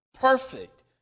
perfect